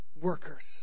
workers